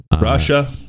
Russia